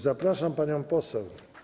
Zapraszam panią poseł.